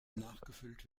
nachgefüllt